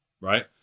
right